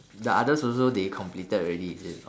the others also they completed already is it